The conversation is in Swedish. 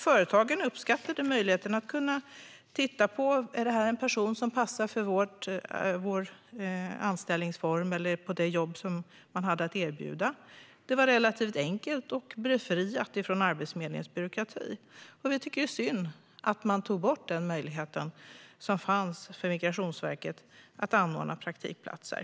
Företagen uppskattade möjligheten att se om personerna kunde passa för de anställningar de hade att erbjuda. Det var relativt enkelt och befriat från Arbetsförmedlingens byråkrati. Vi tycker att det är synd att man tog bort Migrationsverkets möjlighet att anordna praktikplatser.